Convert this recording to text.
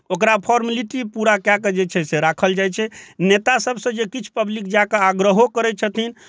ओकरा फोर्मलिटी पूरा कऽ कऽ जे छै से राखल जाइ छै नेता सबसँ जे किछु पब्लिक जाकऽ आग्रहो करै छथिन